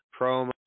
promo